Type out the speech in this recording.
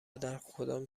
درکدام